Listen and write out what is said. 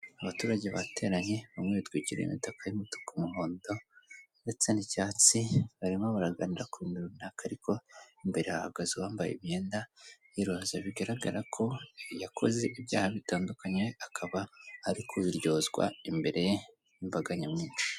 Abaturage bateranye, bamwe bitwikiriye imitaka y'umutu n'umuhondo ndetse n'icyatsi, barimo baraganira ku bintu runaka, ariko imbere hahagaze uwambaye imyenda y'iroza. Bigaragara ko yakoze ibyaha bitandukanye, akaba ari kubiryozwa imbere y'imbaga nya mwinshi.